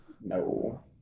No